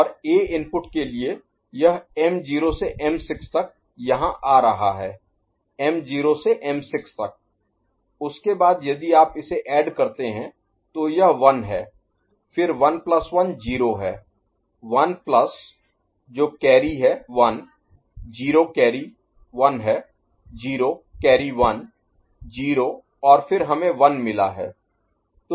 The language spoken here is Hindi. और A इनपुट के लिए यह m0 से m6 तक यहाँ आ रहा है m0 से m6 तक उसके बाद यदि आप इसे एड करते हैं तो यह 1 है फिर 1 प्लस 1 0 है 1 प्लस जो कैरी है 1 0 कैरी 1 है 0 कैरी 1 0 और फिर हमें 1 मिला है